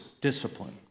discipline